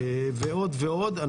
ועוד ועוד.